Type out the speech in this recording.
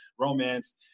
romance